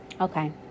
Okay